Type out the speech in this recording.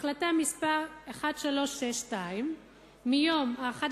החלטה מס' 1362 מיום 11